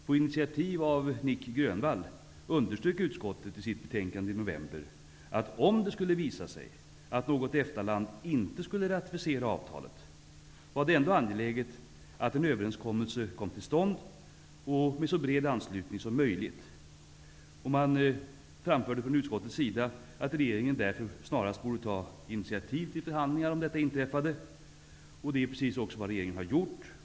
På initiativ av Nic Grönvall underströk utskottet i sitt betänkande i november att om det skulle visa sig att något EFTA-land inte skulle ratificera avtalet, var det ändå angeläget att en överenskommelse kom till stånd med så bred anslutning som möjligt. Man framförde från utskottets sida att regeringen därför snarast borde ta initiativ till förhandlingar om detta inträffade. Det är precis vad regeringen har gjort.